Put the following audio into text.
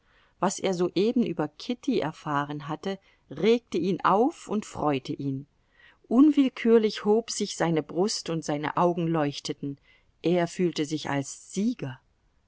was er soeben über kitty er fahren hatte regte ihn auf und freute ihn unwillkürlich hob sich seine brust und seine augen leuchteten er fühlte sich als sieger